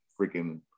freaking